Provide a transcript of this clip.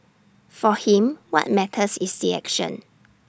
for him what matters is the action